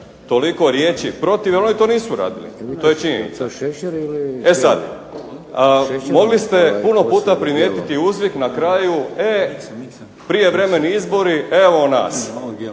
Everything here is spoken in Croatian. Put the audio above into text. toliko riječi protiv jer oni to nisu radili. To je činjenica. E sad mogli ste puno puta primijetiti uzvik na kraju e prijevremeni izbori evo nas,